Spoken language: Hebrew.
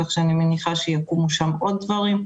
כך שאני מניחה שיקומו שם עוד דברים.